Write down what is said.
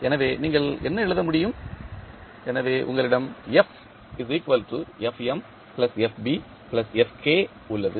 எனவே நீங்கள் என்ன எழுத முடியும் எனவே உங்களிடம் உள்ளது